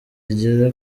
igera